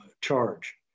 charge